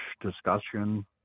discussion